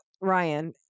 Ryan